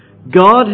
God